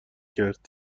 کرد